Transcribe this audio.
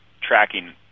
tracking